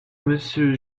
monsieur